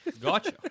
gotcha